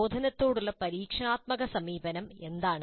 പ്രബോധനത്തോടുള്ള പരീക്ഷണാത്മക സമീപനം എന്താണ്